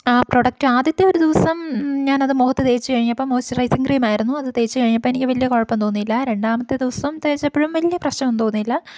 ആ പ്രൊഡക്റ്റ് ആദ്യത്തെ ഒരു ദിവസം ഞാനത് മുഖത്തു തേച്ചു കഴിഞ്ഞപ്പം മോയ്സ്ച്ചുറൈസിംഗ് ക്രീം ആയിരുന്നു അത് തേച്ചു കഴിഞ്ഞപ്പം എനിക്കു വലിയ കുഴപ്പം തോന്നിയില്ല രണ്ടാമത്തെ ദിവസം തേച്ചപ്പോഴും വലിയ പ്രശ്നമൊന്നും തോന്നിയില്ല